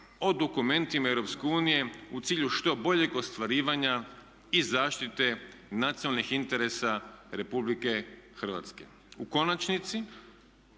o dokumentima EU u cilju što boljeg ostvarivanja i zaštite nacionalnih interesa Republike Hrvatske. U konačnici